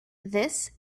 this